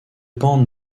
bandes